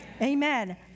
amen